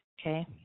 okay